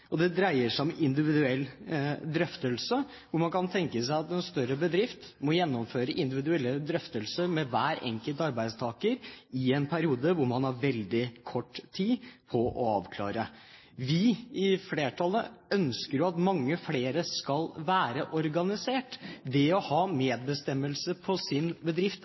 Og det dreier seg om individuell drøftelse. Man kan tenke seg at en større bedrift må gjennomføre individuelle drøftelser med hver enkelt arbeidstaker i en periode hvor man har veldig kort tid på å avklare. Vi i flertallet ønsker at mange flere skal være organisert. Det å ha medbestemmelse i sin bedrift